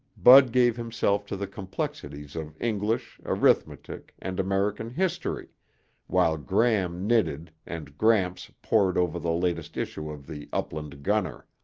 bud gave himself to the complexities of english, arithmetic and american history while gram knitted and gramps pored over the latest issue of the upland gunner.